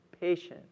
patient